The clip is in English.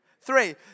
Three